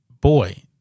boy